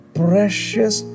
precious